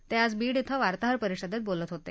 ते आज बीड इथं वार्ताहर परिषदेत बोलत होते